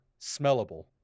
smellable